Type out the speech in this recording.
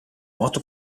moto